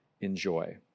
enjoy